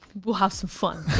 we'll have some fun.